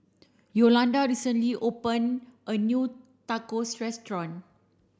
Yolonda recently open a new Tacos restaurant